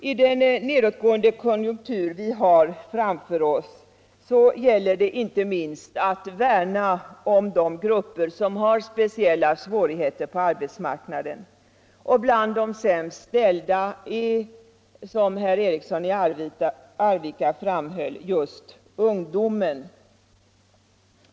I den nedåtgående konjunktur vi har framför oss gäller det inte minst att värna om de grupper som har speciella svårigheter på arbetsmarknaden. Bland de sämst ställda är, som herr Eriksson i Arvika framhöll, just ungdomen.